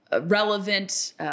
relevant